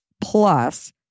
plus